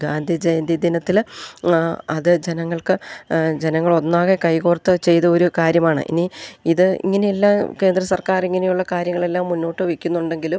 ഗാന്ധി ജയന്തി ദിനത്തിൽ അത് ജനങ്ങൾക്ക് ജനങ്ങൾ ഒന്നാകെ കൈ കോർത്ത് ചെയ്ത ഒരു കാര്യമാണ് ഇനി ഇത് ഇങ്ങനെയെല്ലാം കേന്ദ്ര സർക്കാർ ഇങ്ങനെയുള്ള കാര്യങ്ങളെല്ലാം മുന്നോട്ട് വെക്കുന്നുണ്ടെങ്കിലും